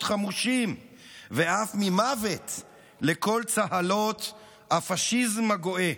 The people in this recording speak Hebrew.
חמושים ואף ממוות לקול צהלות הפשיזם הגואה.